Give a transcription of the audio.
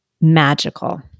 magical